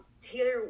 Taylor